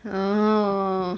oh